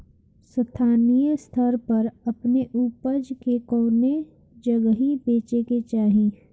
स्थानीय स्तर पर अपने ऊपज के कवने जगही बेचे के चाही?